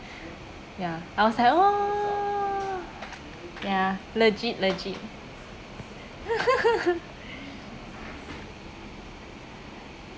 ya I was like !wah! ya legit legit